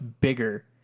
bigger